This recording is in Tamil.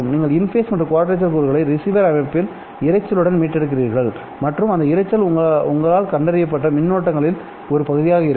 நீங்கள் இன்ஃபேஸ் மற்றும் குவாட்ரேச்சர் கூறுகளை ரிசீவர் அமைப்பில் இரைச்சலுடன் மீட்டெடுக்கிறீர்கள்மற்றும் அந்த இரைச்சல் உங்களால் கண்டறியப்பட்ட மின்னோட்ட ங்களில் ஒரு பகுதியாக இருக்கும்